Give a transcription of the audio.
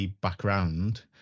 background